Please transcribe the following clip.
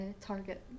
target